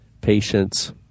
patience